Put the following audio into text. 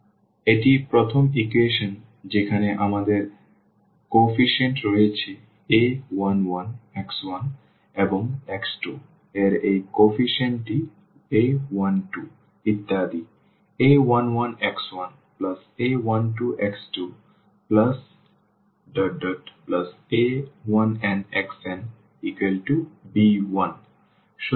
সুতরাং এটি প্রথম ইকুয়েশন যেখানে আমাদের এখানে কোএফিসিয়েন্ট রয়েছে a11x1 এবং x2 এর এই কোএফিসিয়েন্টটি a12 ইত্যাদি a11x1a12x2a1nxnb1